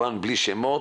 כמובן בלי שמות,